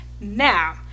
Now